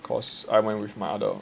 cause I went with my other